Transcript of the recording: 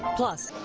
plus,